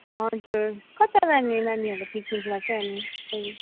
हजुर कता लाने नानीहरूलाई पिकनिकमा चाहिँ अनि